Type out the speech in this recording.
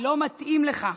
ל מתאים לך.